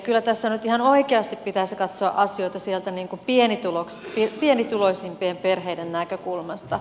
kyllä tässä nyt ihan oikeasti pitäisi katsoa asioita sieltä pienituloisimpien perheiden näkökulmasta